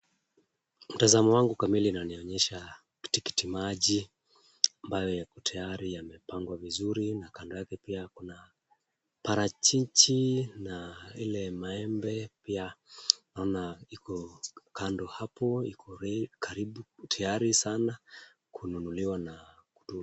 Mtazamo wangu kamili unanionyesha tikitimaji ambayo tayari yamepangwa vizuri ,na kando yake pia kuna parachichi na ile maembe na pia naona iko kando hapo iko tiyari sana kununuliwa na mhudumu.